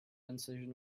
incision